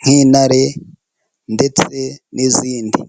nk'intare ndetse n'izindi.